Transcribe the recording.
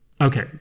Okay